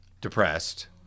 depressed